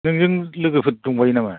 नोंजों लोगोफोर दंफायो नामा